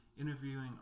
interviewing